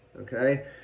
Okay